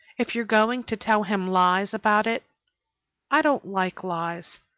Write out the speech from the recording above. if you are going to tell him lies about it i don't like lies.